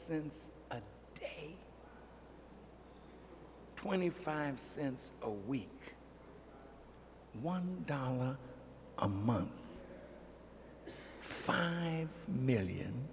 put up twenty five cents a week one dollar a month five million